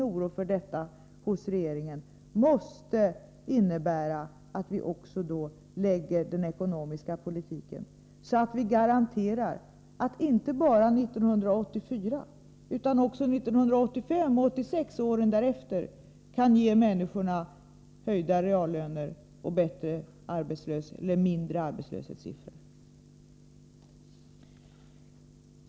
Om regeringen anser att en sådan oro är befogad, måste den ekonomiska politiken självfallet utformas på ett sådant sätt att människorna inte bara 1984 utan också 1985, 1986 och åren därefter garanteras höjda reallöner och minskad arbetslöshet.